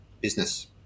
business